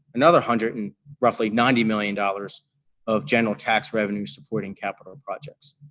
another hundred and roughly ninety million dollars of general tax revenue supporting capital projects.